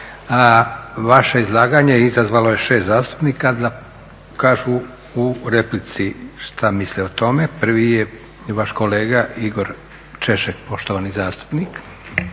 Vaše izlaganje izazvalo je 6 zastupnika da kažu u replici što misle o tome. Prvi je vaš kolega Igor Češek, poštovani zastupnik.